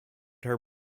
her